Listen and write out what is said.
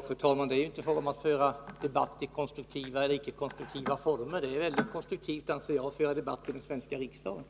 Fru talman! Det är inte fråga om att föra debatt i konstruktiva eller icke konstruktiva former. Det är enligt min mening väldigt konstruktivt att föra debatten i den svenska riksdagen,